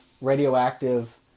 radioactive